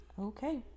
Okay